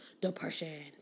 depression